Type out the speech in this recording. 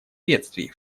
бедствий